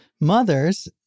mothers